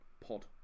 pod